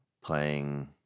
playing